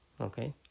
Okay